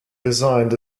designed